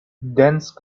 dense